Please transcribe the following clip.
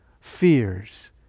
fears